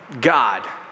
God